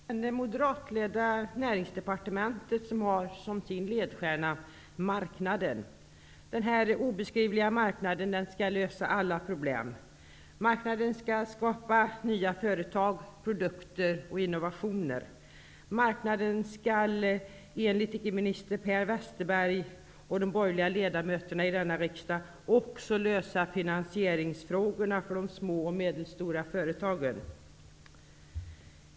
Herr talman! Det moderatledda Näringsdepartementet har marknaden som sin ledstjärna. Denna obeskrivliga marknad skall lösa alla problem. Marknaden skall skapa nya företag, produkter och innovationer. Marknaden skall enligt icke-minister Per Westerberg och de borgerliga ledamöterna i denna riksdag också lösa finansieringsfrågorna för de små och medelstora företagen.